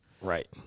Right